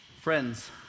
Friends